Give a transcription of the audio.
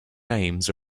names